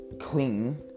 clean